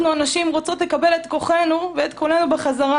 אנחנו הנשים רוצות לקבל את כוחנו ואת קולנו חזרה